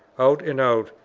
out and out,